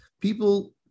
people